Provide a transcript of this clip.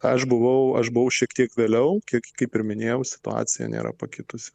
aš buvau aš buvau šiek tiek vėliau kiek kaip ir minėjau situacija nėra pakitusi